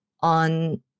on